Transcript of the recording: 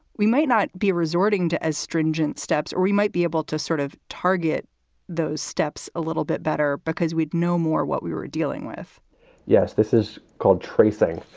we might not be resorting to as stringent steps. we might be able to sort of target those steps a little bit better because we'd know more what we were dealing with yes, this is called tracing.